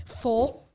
four